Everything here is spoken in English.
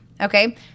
okay